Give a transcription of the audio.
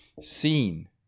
seen